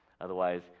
Otherwise